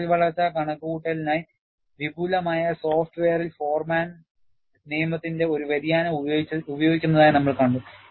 വിള്ളൽ വളർച്ച കണക്കുകൂട്ടലിനായി വിപുലമായ സോഫ്റ്റ്വെയറിൽ ഫോർമാൻ നിയമത്തിന്റെ ഒരു വ്യതിയാനം ഉപയോഗിക്കുന്നതായി നമ്മൾ കണ്ടു